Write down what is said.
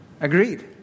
agreed